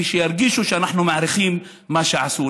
ושירגישו שאנחנו מעריכים את מה שעשו.